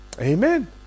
Amen